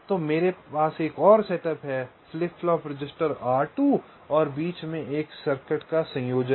तो मेरे पास एक और सेटअप है फ्लिप फ्लॉप रजिस्टर R2 और बीच में सर्किट का एक संयोजन है